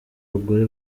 bagore